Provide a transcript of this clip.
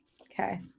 Okay